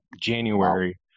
January